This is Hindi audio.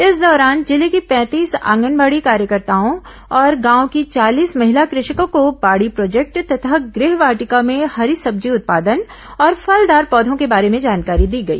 इस दौरान जिले की पैंतीस आंगनबाड़ी कार्यकर्ताओं और गांव की चालीस महिला कृषकों को बाड़ी प्रोजेक्ट तथा गृह वाटिका में हरी सब्जी उत्पादन और फलदार पौधों के बारे में जानकारी दी गई